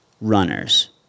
runners